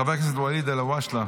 חבר הכנסת ואליד אלהואשלה,